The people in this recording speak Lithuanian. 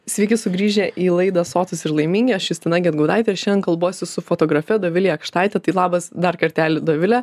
sveiki sugrįžę į laidą sotūs ir laimingi aš justina gedgaudaitė ir šiandien kalbuosi su fotografe dovile jakštaite tai labas dar kartelį dovile